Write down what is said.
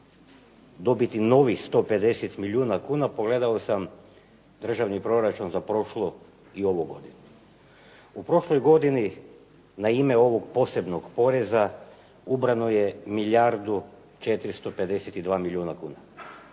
dobiti novih 150 milijuna kuna pogledao sam državni proračun za prošlu i ovu godinu. U prošloj godini na ime ovog posebnog poreza ubrano je milijardu 452 milijuna kuna.